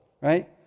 right